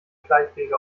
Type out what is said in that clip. schleichwege